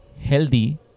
healthy